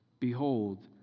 Behold